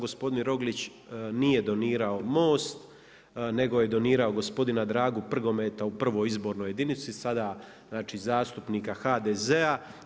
Gospodin Roglić nije donirao MOST nego je donirao gospodina Dragu Prgometa u prvoj izbornoj jedinici, sada znači zastupnika HDZ-a.